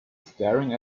staring